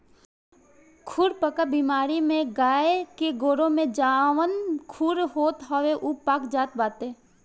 खुरपका बेमारी में गाई के गोड़े में जवन खुर होत हवे उ पाक जात बाटे